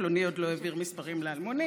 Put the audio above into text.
פלוני עוד לא העביר מספרים לאלמוני.